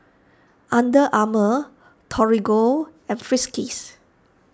Under Armour Torigo and Friskies